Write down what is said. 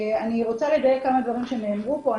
אני רוצה לדייק כמה דברים שנאמרו פה.